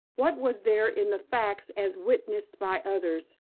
what was there in the facts as witnessed by others,